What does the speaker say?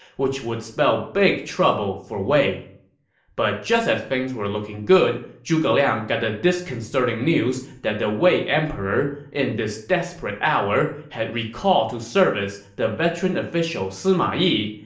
which would spell big trouble for wei but just as things were looking good, zhuge liang got the disconcerting news that the wei emperor, in this desperate hour, had recalled to service the veteran official sima yi,